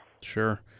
Sure